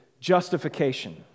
justification